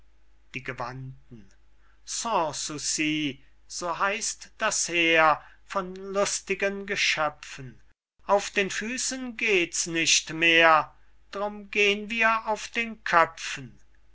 sanssouci so heißt das heer von lustigen geschöpfen auf den füßen geht's nicht mehr drum gehn wir auf den köpfen